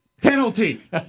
penalty